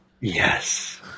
Yes